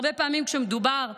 והרבה פעמים כשמדובר בילדים,